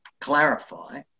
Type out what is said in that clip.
clarify